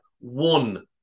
one